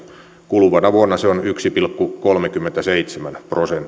kuluvana vuonna se on yksi pilkku kolmekymmentäseitsemän prosenttia